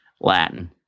Latin